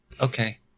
okay